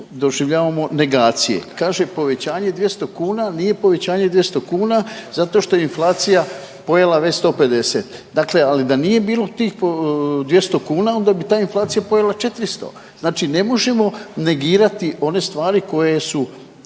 doživljavamo negacije. Kaže povećanje 200 kuna, nije povećanje 200 kuna zato što je inflacija pojela već 150, dakle ali da nije bilo tih 200 kuna onda bi ta inflacija pojela 400. Znači, ne možemo negirati one stvari koje su